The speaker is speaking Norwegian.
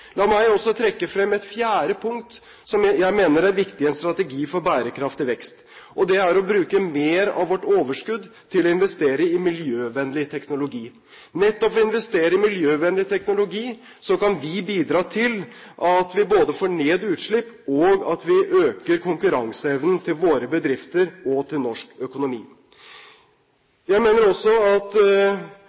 La meg også trekke frem et fjerde punkt som jeg mener er viktig i en strategi for bærekraftig vekst, og det er å bruke mer av vårt overskudd til å investere i miljøvennlig teknologi. Nettopp ved å investere i miljøvennlig teknologi kan vi bidra til at vi både får ned utslipp og øker konkurranseevnen til våre bedrifter og til norsk økonomi. Jeg mener også at